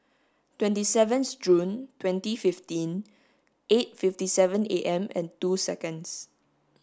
twenty seventh June twenty fifteen eight fifty seven A M and two seconds